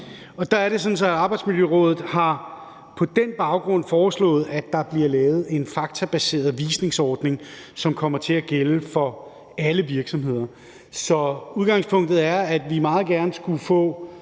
Arbejdsmiljørådet på den baggrund har foreslået, at der bliver lavet en faktabaseret visningsordning, som kommer til at gælde for alle virksomheder. Så udgangspunktet er, at vi meget gerne skulle få